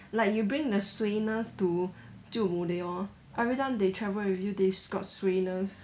like you bring the suayness to 舅母 they all everytime they travel with you they s~ got suayness